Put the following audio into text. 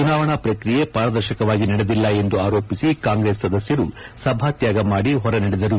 ಚುನಾವಣಾ ಪ್ರಕ್ರಿಯೆ ಪಾರದರ್ಶಕವಾಗಿ ನಡೆದಿಲ್ಲ ಎಂದು ಆರೋಪಿಸಿ ಕಾಂಗ್ರೆಸ್ ಸದಸ್ನರು ಸಭಾತ್ಯಾಗ ಮಾಡಿ ಹೊರನಡೆದರು